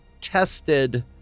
tested